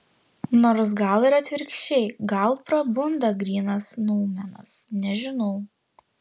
nors gal ir atvirkščiai gal prabunda grynas noumenas nežinau